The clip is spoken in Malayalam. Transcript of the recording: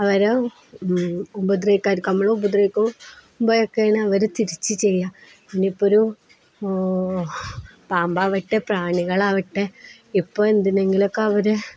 അവരെ ഉപദ്രവിക്കാതിരിക്കുക നമ്മള് ഉപദ്രവിക്കുമ്പോഴാണ് അവര് തിരിച്ച് ചെയ്യുക ഇനിയിപ്പോളൊരു പാമ്പാകട്ടെ പ്രാണികളാകട്ടെ ഇപ്പോള് എന്തിനെയെങ്കിലുമൊക്കെ അവര്